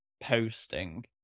posting